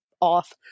off